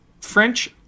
french